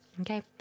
okay